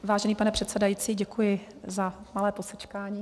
Vážený pane předsedající, děkuji za malé posečkání.